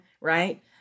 right